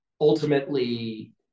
ultimately